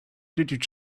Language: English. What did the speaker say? did